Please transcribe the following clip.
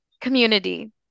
Community